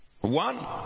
One